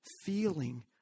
feeling